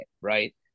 right